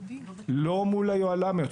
ולא מול היוהל"מיות.